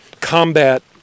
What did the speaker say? combat